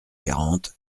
quarante